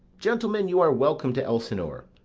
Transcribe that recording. gentlemen, you are welcome to elsinore.